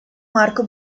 marco